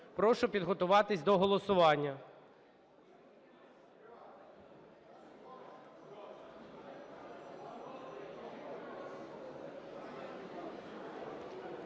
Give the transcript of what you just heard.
Прошу підготуватись до голосування.